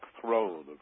throne